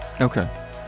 Okay